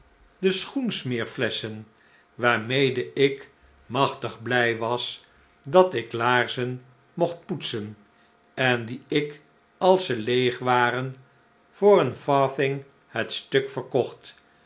smeerflesschen waarmee ik machtig blij was dat ik laarzen mocht poetsen en die ik als ze leeg waren voor een farthing het stuk verkocht